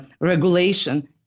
Regulation